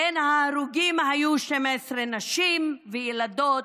בין ההרוגים היו 12 נשים וילדות,